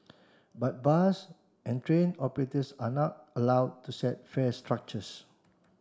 but bus and train operators are not allowed to set fare structures